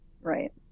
right